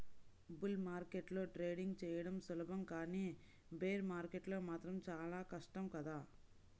bull మార్కెట్లో trading చెయ్యడం సులభం కానీ బేర్ మార్కెట్లో మాత్రం చానా కష్టం కదా